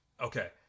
Okay